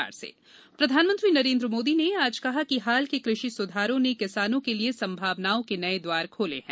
मन की बात प्रधानमंत्री नरेन्द्र मोदी ने आज कहा कि हाल के कृषि सुधारों ने किसानों के लिए संभावनाओं के नए द्वार खोले हैं